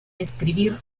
escribir